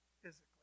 Physically